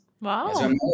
Wow